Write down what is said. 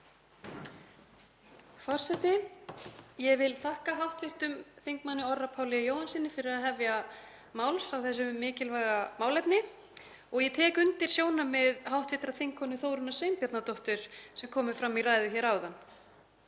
Forseti. Ég vil þakka hv. þm. Orra Páli Jóhannssyni fyrir að hefja máls á þessu mikilvæga málefni og ég tek undir sjónarmið hv. þingkonu, Þórunnar Sveinbjarnardóttur, sem komu fram í ræðu hér áðan.